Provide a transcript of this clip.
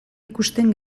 ikusten